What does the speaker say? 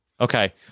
Okay